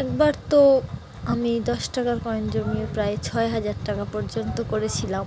একবার তো আমি দশ টাকার কয়েন জমিয়ে প্রায় ছয় হাজার টাকা পর্যন্ত করেছিলাম